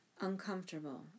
uncomfortable